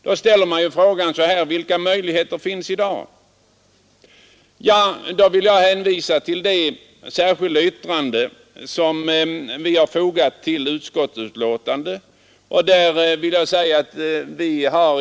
Då ställer man frågan: Vilka möjligheter finns i dag? Här vill jag hänvisa till det särskilda yttrande som fru Sundberg och jag har fogat vid utskottets betänkande.